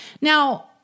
Now